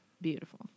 Beautiful